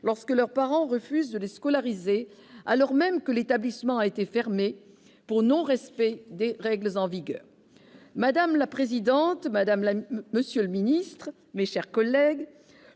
lorsque leurs parents refusent de les scolariser alors même que leur établissement a été fermé pour non-respect des règles en vigueur. Madame la présidente, monsieur le ministre, mes chers collègues,